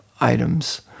items